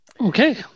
okay